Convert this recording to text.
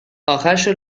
آخرشو